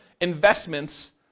investments